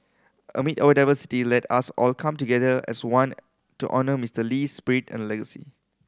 amid our diversity let us all come together as one to honour Mister Lee's spirit and legacy